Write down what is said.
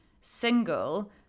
single